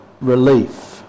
relief